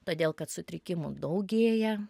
todėl kad sutrikimų daugėja